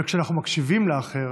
וכשאנחנו מקשיבים לאחר